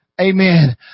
Amen